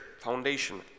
foundation